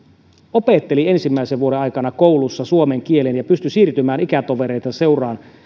opetteli ensimmäisen vuoden aikana koulussa suomen kielen ja pystyi siirtymään ikätovereittensa seuraan